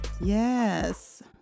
Yes